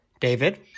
David